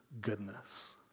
goodness